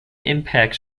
impact